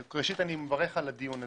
ראשית, אני מברך על הדיון הזה,